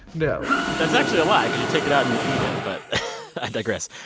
no that's actually a lie because you take it out and you eat it. but i digress.